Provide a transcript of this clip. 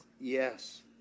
yes